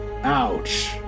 Ouch